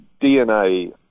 DNA